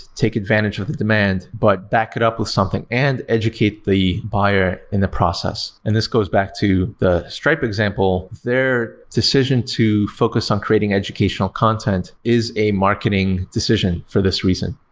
take advantage with the demand, but back it up with something and educate the buyer in the process. and this goes back to the strip example. their decision to focus on creating educational content is a marketing decision for this reason.